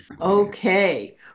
Okay